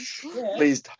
Please